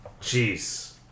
Jeez